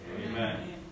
Amen